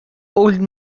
old